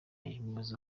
umuyobozi